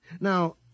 Now